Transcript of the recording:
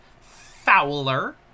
Fowler